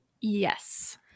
Yes